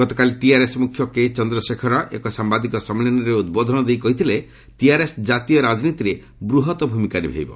ଗତକାଲି ଟିଆର୍ଏସ୍ ମୁଖ୍ୟ କେଚନ୍ଦ୍ରଶେଖର ରାଓ ଏକ ସାମ୍ଭାଦିକ ସମ୍ମିଳନୀରେ ଉଦ୍ବୋଧନ ଦେଇ କହିଥିଲେ ଟିଆର୍ଏସ୍ ଜାତୀୟ ରାଜନୀତିରେ ବୃହତ ଭୂମିକା ନିଭାଇବ